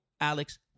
Alex